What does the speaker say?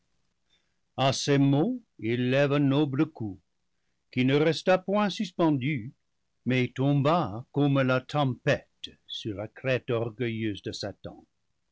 a ces mots il lève un noble coup qui ne resta point sus pendu mais tomba comme la tempête sur la crête orgueilleuse de satan